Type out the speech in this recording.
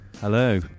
Hello